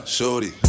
Shorty